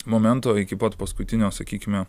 momento iki pat paskutinio sakykime